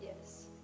Yes